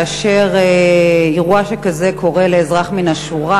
כאשר אירוע שכזה קורה לאזרח מן השורה,